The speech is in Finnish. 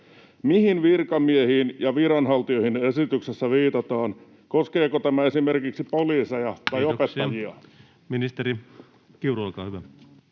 Mihin virkamiehiin ja viranhaltijoihin esityksessä viitataan? Koskeeko tämä esimerkiksi poliiseja tai opettajia? Kiitoksia. — Ministeri Kiuru, olkaa hyvä.